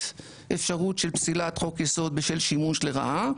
אפשרות של פסילת חוק יסוד בשל שימוש לרעה,